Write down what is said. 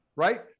right